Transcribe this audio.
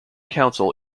council